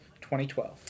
2012